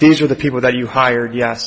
these are the people that you hired ye